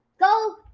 Go